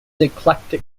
eclectic